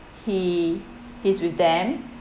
he he's with them